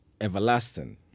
everlasting